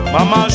Mama